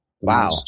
Wow